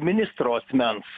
ministro asmens